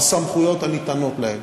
בסמכויות הניתנות להם,